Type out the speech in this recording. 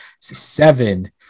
seven